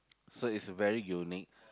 so is very unique